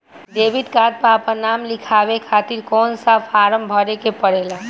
Debit card पर आपन नाम लिखाये खातिर कौन सा फारम भरे के पड़ेला?